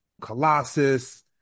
Colossus